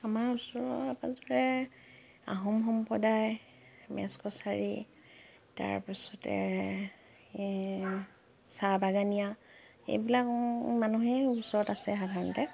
আমাৰ ওচৰে পাঁজৰে আহোম সম্প্ৰদায় মেচকছাৰী তাৰপাছতে চাহ বাগানীয়া এইবিলাক মানুহেই ওচৰত আছে সাধাৰণতে